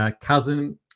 cousin